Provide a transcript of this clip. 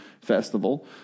festival